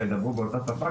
וידברו באותה שפה,